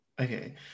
Okay